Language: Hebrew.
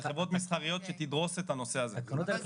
אלה חברות מסחריות שתדרוסנה את הנושא הזה.